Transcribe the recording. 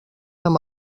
amb